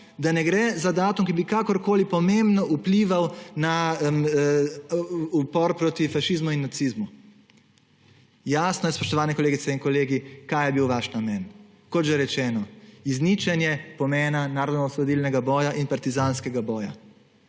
da ne gre za datum, ki bi kakorkoli pomembno vplival na upor proti fašizmu in nacizmu. Jasno je, spoštovani kolegice in kolegi, kaj je bil vaš namen. Kot že rečeno, izničenje pomena narodnoosvobodilnega boja in partizanskega boja.